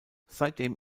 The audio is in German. seitdem